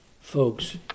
folks